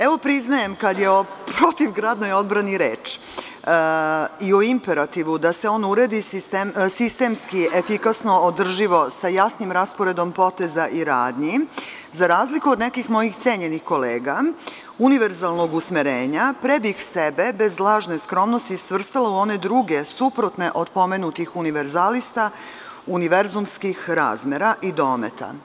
Evo, priznajem, kada je o protivgradnoj odbrani reč i o imperativu da se ona uredi sistemski, efikasno i održivo, sa jasnim rasporedom poteza i radnji, za razliku od nekih mojih cenjenih kolega univerzalnog usmerenja, pre bih sebe bez lažne skromnosti svrstala u one druge suprotne od pomenutih univerzalista univerzumskih razmera i dometa.